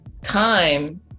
time